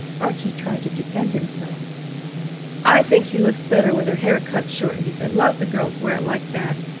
archie tried to defend himself i think she looks better with her hair cut short he said lots of girls wear it like that.